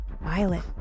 Violet